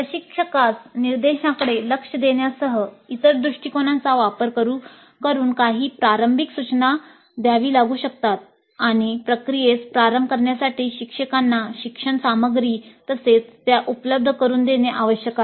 प्रशिक्षकास निर्देशांकडे लक्ष देण्यासह इतर दृष्टिकोनांचा वापर करुन काही प्रारंभिक सूचना द्यावी लागू शकतात आणि प्रक्रियेस प्रारंभ करण्यासाठी शिक्षकांना शिक्षण सामग्री तसेच त्या उपलब्ध करुन देणे आवश्यक आहे